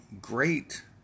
great